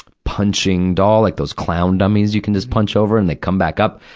punching doll, like those clown dummies you can just punch over and they come back up.